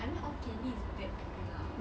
I mean all candy is bad for you ah